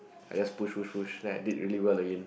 I just push push push then I did really well again